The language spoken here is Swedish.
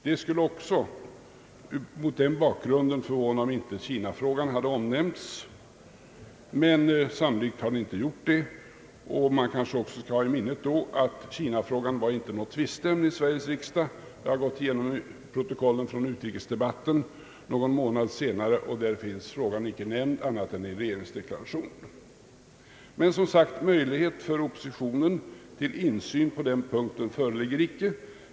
Det skulle också mot den bakgrunden förvåna mig, om inte Kina-frågan hade omnämnts i nämnden, men sannolikt har den inte det. Man kanske också bör ha i minnet att Kina-frågan inte var något tvisteämne i Sveriges riksdag. Jag har gått igenom protokollet från utrikesdebatten någon månad senare. Där finns den frågan icke nämnd annat än i regeringsdeklarationen. Men, som sagt, möjlighet för oppositionen till insyn på den punkten föreligger icke.